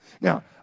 Now